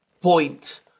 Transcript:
point